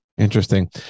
Interesting